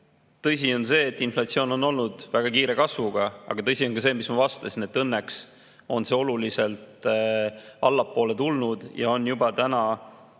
Tõsi on see, et inflatsioon on olnud väga kiire kasvuga, aga tõsi on ka see, mis ma vastasin, et õnneks on see oluliselt allapoole tulnud ja on juba täna